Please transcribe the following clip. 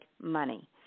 money